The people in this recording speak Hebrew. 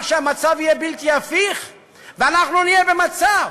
שהמצב יהיה בלתי הפיך ואנחנו נהיה במצב